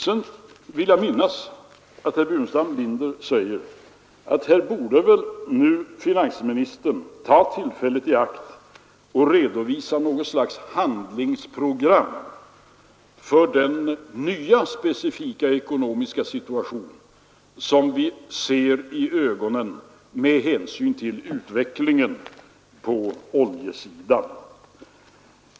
Sedan vill jag minnas att herr Burenstam Linder sade att finansministern väl nu borde ta tillfället i akt och redovisa något slags handlingsprogram för den nya, specifika ekonomiska situation som vi ser i ögonen med hänsyn till utvecklingen på oljesidan.